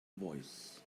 voice